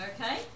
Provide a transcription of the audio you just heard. Okay